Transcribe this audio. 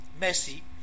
Merci